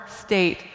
state